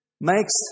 makes